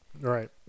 Right